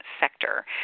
sector